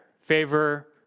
Favor